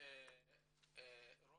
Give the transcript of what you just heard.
שלום לכולם.